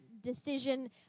decision